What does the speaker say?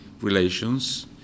relations